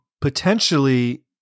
potentially